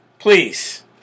Please